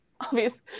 obvious